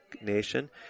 Nation